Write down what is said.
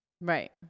Right